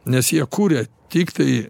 nes jie kuria tiktai